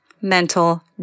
mental